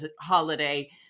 holiday